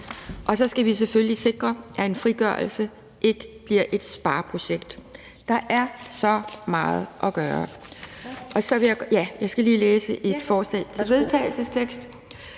og så skal vi selvfølgelig også sikre, at en frigørelse ikke bliver et spareprojekt. Der er så meget at gøre.